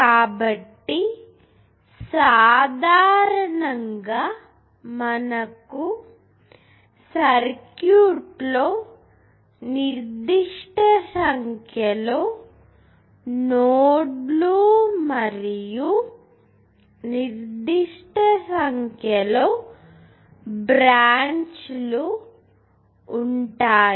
కాబట్టి సాధారణంగా మనకు సర్క్యూట్ లో నిర్దిష్ట సంఖ్యలో నోడ్లు మరియు నిర్దిష్ట సంఖ్యలో బ్రాంచ్ లు ఉంటాయి